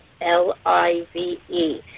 L-I-V-E